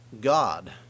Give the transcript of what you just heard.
God